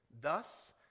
Thus